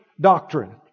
doctrine